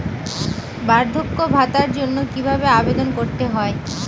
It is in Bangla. বার্ধক্য ভাতার জন্য কিভাবে আবেদন করতে হয়?